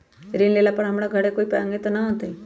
ऋण लेला पर हमरा घरे कोई पैसा मांगे नहीं न आई?